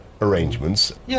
arrangements